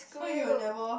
so you'll never